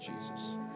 Jesus